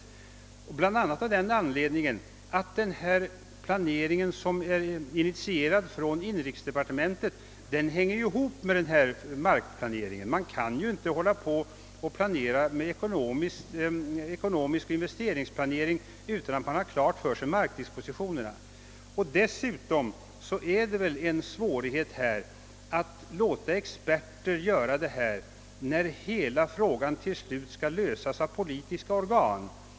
Jag beklagar detta bl.a. av den anledningen att den planering som initierades av inrikesdepartementet hänger ihop med markplaneringen. Man kan ju inte syssla med ekonomisk investeringsplanering utan att ha markdispositionerna klara för sig. Dessutom är det väl svårt att låta experter handha planeringen när beslut i frågan sedan skall fattas av politiska organ.